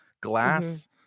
glass